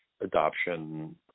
adoption